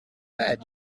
bed